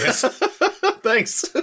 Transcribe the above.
thanks